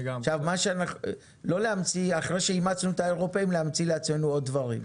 לא להמציא ואחרי שאימצנו את האירופאים להמציא לעצמנו עוד דברים.